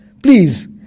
Please